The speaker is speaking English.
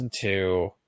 two